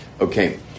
Okay